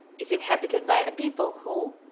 is inhabited by a people who,